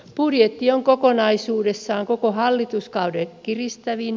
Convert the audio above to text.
budjetti on kokonaisuudessaan koko hallituskauden kiristävin